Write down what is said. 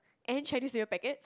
and Chinese-New-Year packets